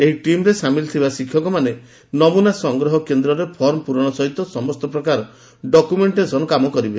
ଏହି ଟିମରେ ସାମିଲ ଥିବା ଶିଷକ ମାନେ ସାମ୍ପଲ ସଂଗ୍ରହ କେନ୍ଦ୍ରରେ ଫର୍ମ ପୂରଣ ସହିତ ସମସ୍ତ ପ୍ରକାର ଡକୁମେଂଟେସନ କାମ କରିବେ